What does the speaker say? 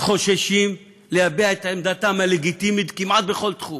חוששים להביע את עמדתם הלגיטימית כמעט בכל תחום.